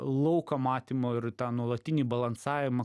lauką matymo ir tą nuolatinį balansavimą